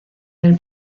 del